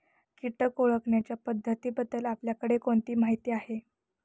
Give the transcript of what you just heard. कीटक ओळखण्याच्या पद्धतींबद्दल आपल्याकडे कोणती माहिती आहे?